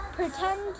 pretend